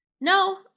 No